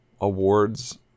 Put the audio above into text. awards